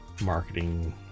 marketing